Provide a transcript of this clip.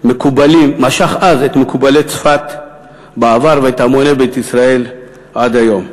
את מקובלי צפת בעבר ואת המוני בית ישראל עד היום.